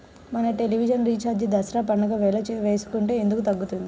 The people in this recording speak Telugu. మన టెలివిజన్ రీఛార్జి దసరా పండగ వేళ వేసుకుంటే ఎందుకు తగ్గుతుంది?